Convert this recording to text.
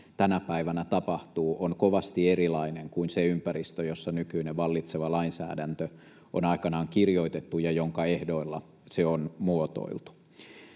tänä päivänä tapahtuu, on kovasti erilainen kuin se ympäristö, jossa nykyinen vallitseva lainsäädäntö on aikanaan kirjoitettu ja jonka ehdoilla se on muotoiltu.